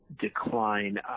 decline